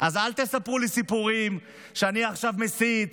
אז אל תספרו לי סיפורים שאני עכשיו מסית.